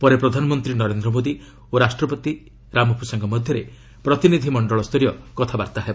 ପରେ ପ୍ରଧାନମନ୍ତ୍ରୀ ନରେନ୍ଦ୍ର ମୋଦି ଓ ରାଷ୍ଟ୍ରପତି ରାମଫୋସାଙ୍କ ମଧ୍ୟରେ ପ୍ରତିନିଧି ମଣ୍ଡଳ ସ୍ତରୀୟ କଥାବାର୍ତ୍ତା ହେବ